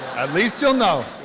at least you'll know.